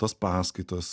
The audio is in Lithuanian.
tos paskaitos